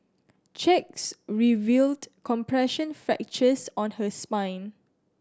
checks revealed compression fractures on her spine